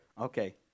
Okay